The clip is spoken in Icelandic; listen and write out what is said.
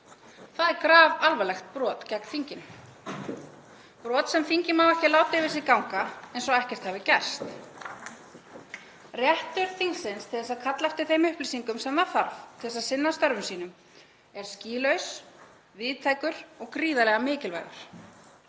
Það er grafalvarlegt brot gegn þinginu, brot sem þingið má ekki láta yfir sig ganga eins og ekkert hafi gerst. Réttur þingsins til að kalla eftir þeim upplýsingum sem það þarf til að sinna störfum sínum er skýlaus, víðtækur og gríðarlega mikilvægur.